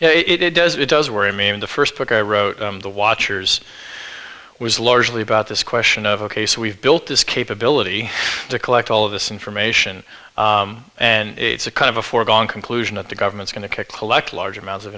out it does it does worry me in the first book i wrote the watchers was largely about this question of ok so we've built this capability to collect all of this information and it's a kind of a foregone conclusion that the government's going to collect large amounts of